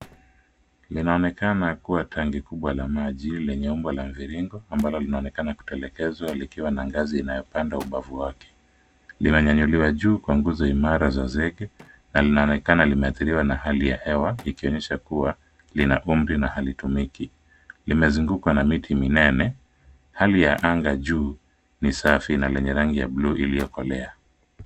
Linaonekana kuwa tenki kubwa la maji lenye umbo la mviringo ambalo linaonekana kutelekezwa likiwa na ngazi inayopanda ubavu wake. Linanyanyuliwa juu kwa nguzo imara za zege na linaonekana limeathiriwa na hali ya hewa ikionyesha kuwa lina umri na halitumiki. Limezungukwa na miti minene. Hali ya anga juu ni safi na lenye rangi ya bluu iliyokolea.